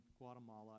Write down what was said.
Guatemala